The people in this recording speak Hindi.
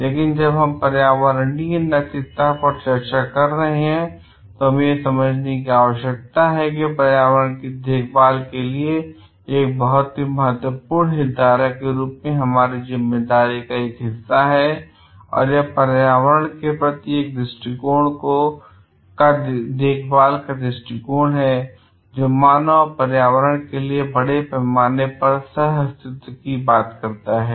लेकिन जब हम पर्यावरणीय नैतिकता पर चर्चा कर रहे हैं तो हमें यह समझने की आवश्यकता है कि पर्यावरण की देखभाल के लिए एक बहुत ही महत्वपूर्ण हितधारक के रूप में यह हमारी जिम्मेदारी का हिस्सा है और यह पर्यावरण के प्रति एक देखभाल का दृष्टिकोण है जो मानव और पर्यावरण के एक साथ बड़े पैमाने पर आपसी सह अस्तित्व की बात करता है